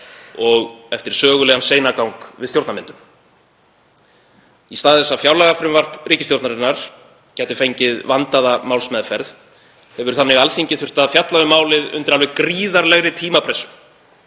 og eftir sögulegan seinagang við stjórnarmyndun. Í stað þess að fjárlagafrumvarp ríkisstjórnarinnar gæti fengið vandaða málsmeðferð hefur Alþingi þannig þurft að fjalla um málið undir alveg gríðarlegri tímapressu.